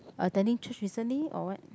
attending church recently or what